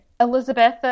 Elizabeth